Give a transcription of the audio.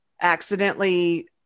accidentally